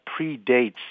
predates